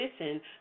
listen